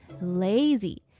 Lazy